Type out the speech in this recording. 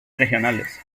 regionales